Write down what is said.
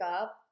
up